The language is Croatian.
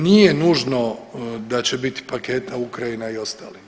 Nije nužno da će biti paketa Ukrajina i ostali.